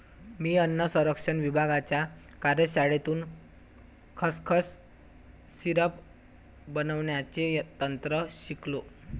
मी अन्न संरक्षण विभागाच्या कार्यशाळेतून खसखस सिरप बनवण्याचे तंत्र शिकलो